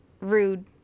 rude